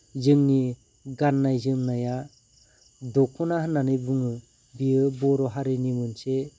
जोंनि गाननाय जोमनाया दख'ना होन्नानै बुङो बियो बर' हारिनि मोनसे